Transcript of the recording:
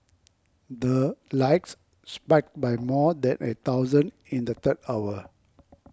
the likes spiked by more than a thousand in the third hour